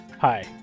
Hi